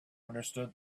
understood